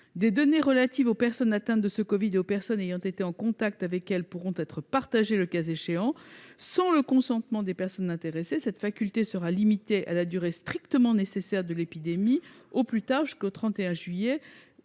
Des données relatives aux personnes atteintes par ce virus et aux personnes ayant été en contact avec elles pourront être partagées, le cas échéant sans le consentement des personnes intéressées. Cette faculté sera strictement limitée à la durée de l'épidémie, au plus tard jusqu'au 31 juillet